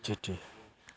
तिथि